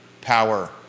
power